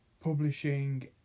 publishing